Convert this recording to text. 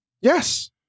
yes